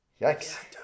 Yikes